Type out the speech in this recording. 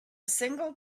single